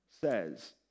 says